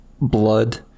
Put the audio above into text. blood